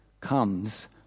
comes